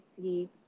see